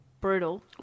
Brutal